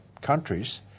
countries